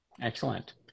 Excellent